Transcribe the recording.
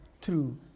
true